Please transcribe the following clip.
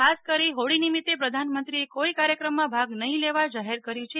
ખાસ કરી હોળી નિમિત્તે પ્રધાનમંત્રીએ કોઈ કાર્થક્રમમાં ભાગ નહિ લેવા જાહેર કર્યું છે